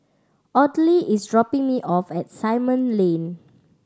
Audley is dropping me off at Simon Lane